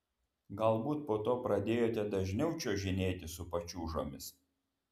galbūt po to pradėjote dažniau čiuožinėti su pačiūžomis